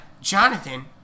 Jonathan